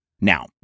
Now